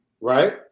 Right